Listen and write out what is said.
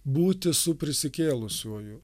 būti su prisikėlusiuoju